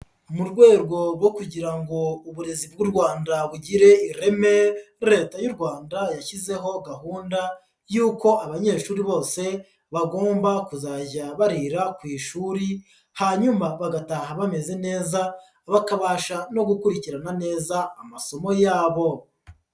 Mu rwego rwo kugira ngo uburezi bw'u Rwanda bugire ireme, Leta y'u Rwanda yashyizeho gahunda y'uko abanyeshuri bose bagomba kuzajya barira ku ishuri, hanyuma bagataha bameze neza, bakabasha no gukurikirana neza amasomo yabo.